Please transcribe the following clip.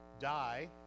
die